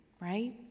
right